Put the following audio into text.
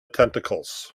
tentacles